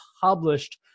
Published